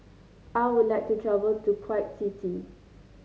I would like to travel to Kuwait City